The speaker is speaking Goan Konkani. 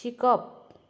शिकप